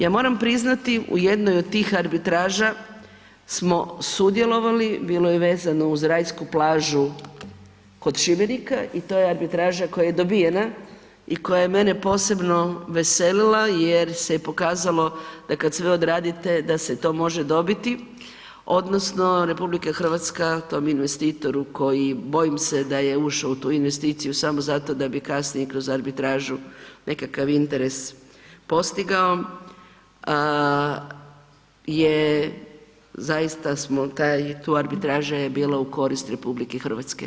Ja moram priznati u jednoj od tih arbitraža smo sudjelovali, bilo je vezano uz rajsku plažu kod Šibenika i to je arbitraža koja je dobijena i koja je mene posebno veselila jer se i pokazalo da kada sve odradite da se to može dobiti odnosno RH tom investitoru koji bojim se da je ušao u tu investiciju samo zato da bi kasnije kroz arbitražu nekakav interes postigao, ta arbitraža je bila u korist RH.